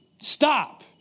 Stop